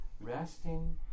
Resting